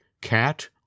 cat